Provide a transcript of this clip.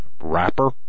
rapper